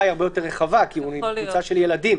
היא הרבה יותר רחבה כי הוא עם קבוצה של ילדים.